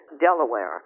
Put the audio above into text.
Delaware